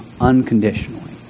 unconditionally